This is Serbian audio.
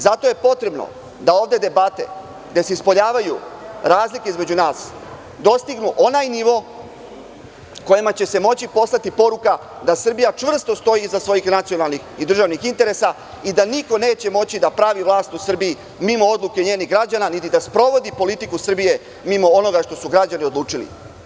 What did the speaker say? Zato je potrebno da ove debate ispoljavaju razlike između nas, da dostignu onaj nivo kojima će se moći poslati poruka da Srbija čvrsto stoji iza svojih nacionalnih i državnih interesa i da niko neće moći da pravi vlast u Srbiji mimo odluke njenih građana, niti da sprovodi politiku Srbije mimo onoga što su građani odlučili.